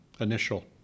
initial